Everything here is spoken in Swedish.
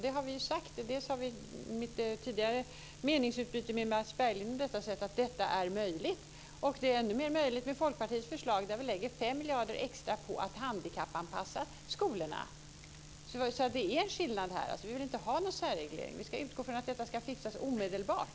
Jag har tidigare i mitt meningsutbyte med Mats Berglind sagt att detta är möjligt. Och det är ännu mer möjligt med Folkpartiets förslag, där vi satsar 5 miljarder extra på att handikappanpassa skolorna. Det är alltså en skillnad här. Vi vill inte ha någon särreglering. Vi ska utgå från att detta ska fixas omedelbart.